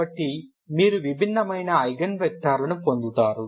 కాబట్టి మీరు విభిన్నమైన ఐగెన్ వెక్టర్లను పొందుతారు